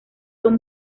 son